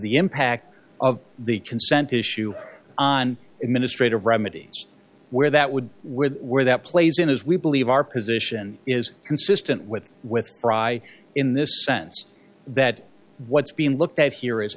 the impact of the consent issue on administrative remedies where that would where where that plays in as we believe our position is consistent with with frye in this sense that what's being looked at here is